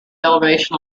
elevation